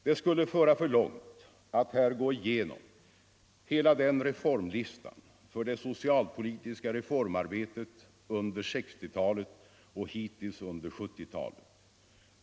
Det skulle föra för långt att här gå igenom hela den reformlistan för det socialpolitiska reformarbetet under 1960-talet och hittills under 1970 talet.